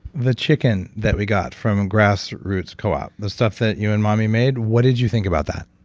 the chicken that we got from grassroots coop, ah the stuff that you and mommy made. what did you think about that?